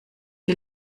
die